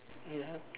ya